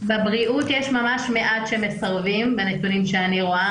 בבריאות יש ממש מעט שמסרבים בנתונים שאני רואה,